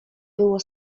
było